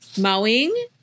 mowing